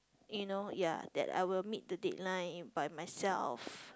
you know ya that I will meet the deadline by myself